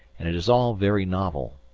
and it is all very novel.